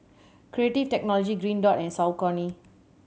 Creative Technology Green Dot and Saucony